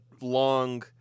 long